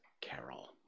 Carol